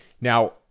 Now